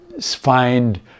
find